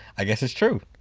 i guess it's true.